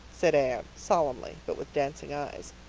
said anne solemnly, but with dancing eyes,